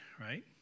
right